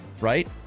right